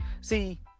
See